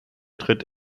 tritt